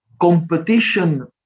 competition